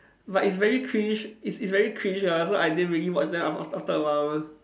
but it's very cringe it's it's very cringe ah so I didn't really watch then af~ after a while